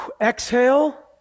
exhale